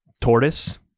Tortoise